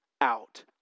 out